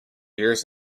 years